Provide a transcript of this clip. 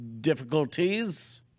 difficulties